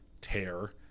tear